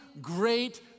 great